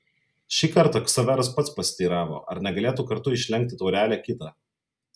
šį kartą ksaveras pats pasiteiravo ar negalėtų kartu išlenkti taurelę kitą